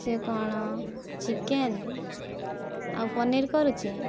ସେ କ'ଣ ଚିକେନ୍ ଆଉ ପନିର କରୁଛି